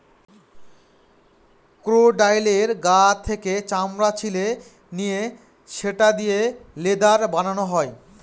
ক্রোকোডাইলের গা থেকে চামড়া ছিলে নিয়ে সেটা দিয়ে লেদার বানানো হয়